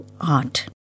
art